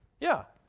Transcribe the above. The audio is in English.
yeah.